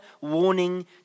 warning